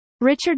Richard